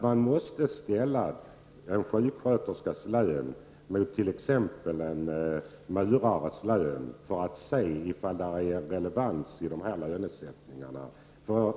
Man måste ställa en sjuksköterskas lön mot t.ex. en murares lön för att kunna se om lönesättningen är relevant.